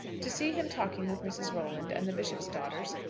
to see him talking with mrs. rolland and the bishop's daughters,